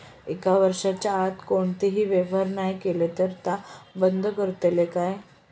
एक वर्षाच्या आत कोणतोही व्यवहार नाय केलो तर ता बंद करतले काय?